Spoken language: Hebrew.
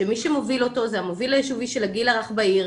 שמי שמוביל אותו זה המוביל היישובי של הגיל הרך בעיר,